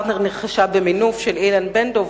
"פרטנר" נרכשה במינוף בידי אילן בן-דב,